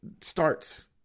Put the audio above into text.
starts